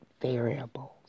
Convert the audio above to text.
variables